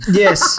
yes